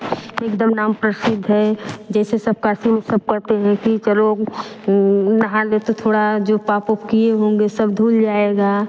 एकदम नाम प्रसिद्ध है जैसे सब काशी में सब कहते हैं कि चलो नहा लेते थोड़ा जो पाप उप किए होंगे सब धुल जाएगा